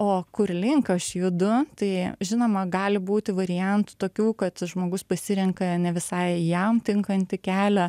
o kur link aš judu tai žinoma gali būti variantų tokių kad žmogus pasirenka ne visai jam tinkantį kelią